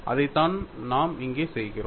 அதைத்தான் நாம் இங்கே செய்கிறோம்